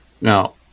Now